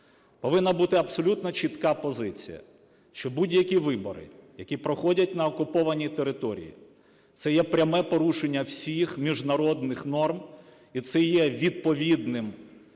Повинна бути абсолютна чітка позиція, що будь-які вибори, які проходять на окупованій території, це є пряме порушення всіх міжнародних норм, і це є відповідним